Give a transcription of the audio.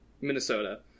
Minnesota